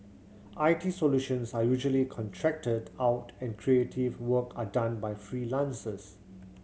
I T solutions are usually contracted out and creative work are done by freelancers